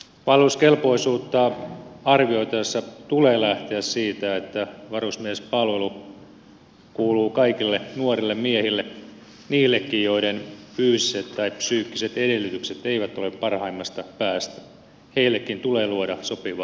palveluskelpoisuutta arvioitaessa tulee lähteä siitä että varusmiespalvelu kuuluu kaikille nuorille miehille niillekin joiden fyysiset tai psyykkiset edellytykset eivät ole parhaimmasta päästä heillekin tulee luoda sopiva palvelusmuoto